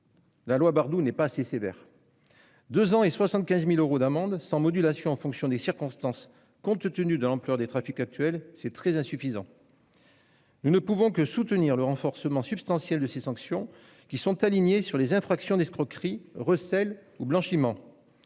La loi Bardoux n'est pas assez sévère : deux ans et 75 000 euros d'amende, sans modulation en fonction des circonstances, compte tenu de l'ampleur des trafics actuels, c'est très insuffisant. Nous ne pouvons que soutenir le renforcement substantiel de ces sanctions, qui sont alignées sur les infractions d'escroquerie, recel ou blanchiment.